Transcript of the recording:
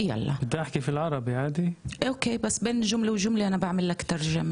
איומים על החיים שלי וידעתי שהחיים שלי יסתיימו שם.